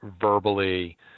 verbally